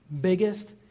biggest